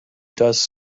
does